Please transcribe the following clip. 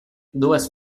dues